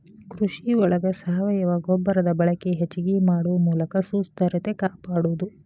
ಕೃಷಿ ಒಳಗ ಸಾವಯುವ ಗೊಬ್ಬರದ ಬಳಕೆ ಹೆಚಗಿ ಮಾಡು ಮೂಲಕ ಸುಸ್ಥಿರತೆ ಕಾಪಾಡುದು